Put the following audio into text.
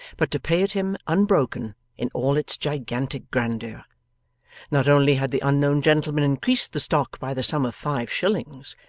but to pay it him unbroken in all its gigantic grandeur not only had the unknown gentleman increased the stock by the sum of five shillings,